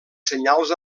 senyals